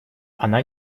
она